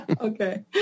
Okay